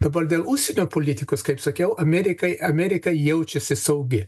dabar dėl užsienio politikos kaip sakiau amerikai amerika jaučiasi saugi